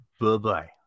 Bye-bye